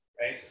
right